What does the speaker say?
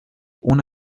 una